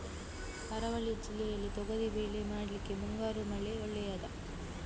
ಕರಾವಳಿ ಜಿಲ್ಲೆಯಲ್ಲಿ ತೊಗರಿಬೇಳೆ ಮಾಡ್ಲಿಕ್ಕೆ ಮುಂಗಾರು ಮಳೆ ಒಳ್ಳೆಯದ?